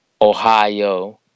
Ohio